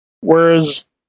whereas